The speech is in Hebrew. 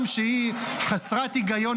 גם כשהיא חסרת היגיון,